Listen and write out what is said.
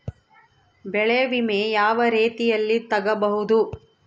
ಬೆಳೆ ವಿಮೆ ಯಾವ ರೇತಿಯಲ್ಲಿ ತಗಬಹುದು?